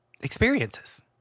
experiences